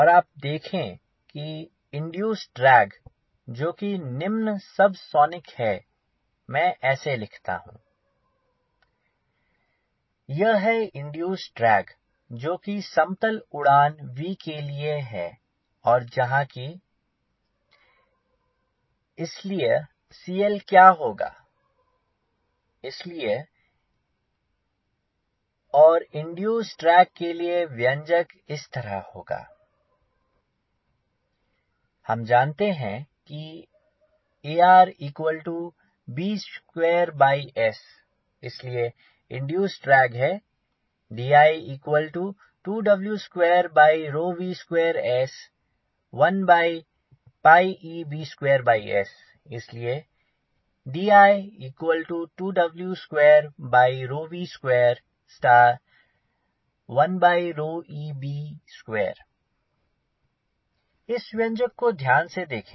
और आप देखें कि इंड्यूसेड ड्रैग जो कि निम्न सब सोनिक है मैं ऐसे लिखता हूँ D i 1 2 V2 S C D i यह है इंड्यूसेड ड्रैग जो कि समतल उड़ान V के लिए है और जहाँ कि V 2 W S C L इसलिए CL क्या होगा C L 2 W S V 2 इसलिये D i 1 2 V 2 S 4 W 2 S 2 2 V 4 और इंड्यूसेड ड्रैग के लिए व्यंजक इस तरह होगा Di1 2 2 W2 V 2S 1 e AR हम जानते हैं कि ARb2S इसलिए इंड्यूसेड ड्रैग है Di2W2V2S1eb2S इसलिए D i 2W 2 V 2 1 e b 2 इस व्यंजक को ध्यान से देखें